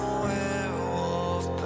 werewolf